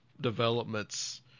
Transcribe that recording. developments